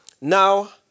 Now